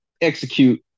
execute